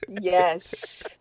yes